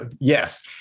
yes